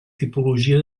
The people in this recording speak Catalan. tipologia